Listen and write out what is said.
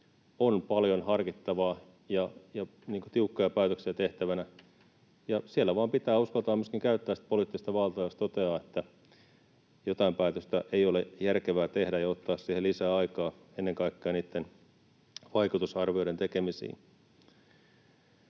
on paljon harkittavaa ja tiukkoja päätöksiä tehtävänä. Siellä vain pitää uskaltaa myöskin käyttää sitä poliittista valtaa, jos toteaa, että jotain päätöstä ei ole järkevää tehdä, ja ottaa siihen lisää aikaa, ennen kaikkea niitten vaikutusarvioiden tekemisiin.